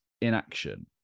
inaction